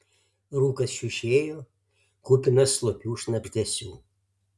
rūkas šiušėjo kupinas slopių šnabždesių